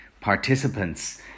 participants